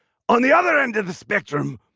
on the other end of the spectrum,